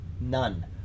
none